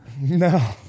No